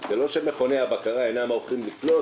זה לא שמכוני הבקרה אינם ערוכים לקלוט,